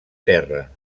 terra